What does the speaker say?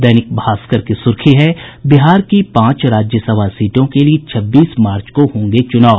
दैनिक भास्कर की सुर्खी है बिहार की पांच राज्यसभा सीटों के लिये छब्बीस मार्च को होंगे चुनाव